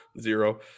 zero